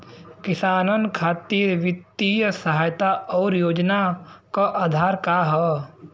किसानन खातिर वित्तीय सहायता और योजना क आधार का ह?